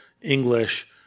English